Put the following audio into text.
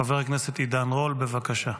חבר הכנסת עידן רול, בבקשה.